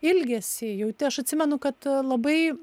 ilgesį jauti aš atsimenu kad labai